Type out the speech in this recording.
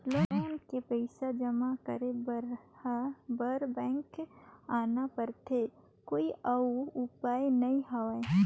Loan के पईसा जमा करे बर हर बार बैंक आना पड़थे कोई अउ उपाय नइ हवय?